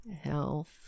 Health